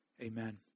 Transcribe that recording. amen